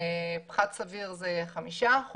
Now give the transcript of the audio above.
פחת סביר זה 5%,